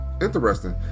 interesting